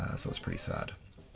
ah so it's pretty sad.